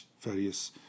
various